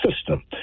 system